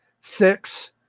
six